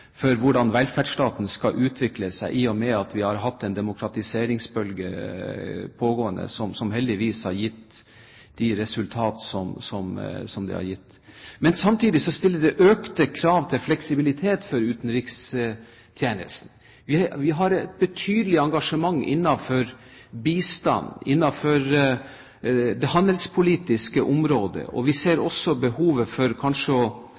hvordan velferdsstaten skal utvikle seg, i og med at vi har hatt en demokratiseringsbølge pågående, som heldigvis har gitt de resultat som den har gitt. Samtidig stilles det økte krav til fleksibilitet for utenrikstjenesten. Vi har et betydelig engasjement innenfor bistand og innenfor det handelspolitiske området. Vi ser også behov for kanskje